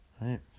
Right